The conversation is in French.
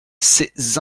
ses